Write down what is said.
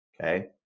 okay